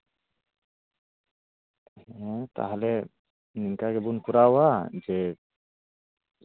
ᱦᱮᱸ ᱛᱟᱦᱞᱮ ᱤᱱᱠᱟᱹ ᱜᱮᱵᱚᱱ ᱠᱚᱨᱟᱣᱟ ᱡᱮ